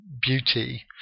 beauty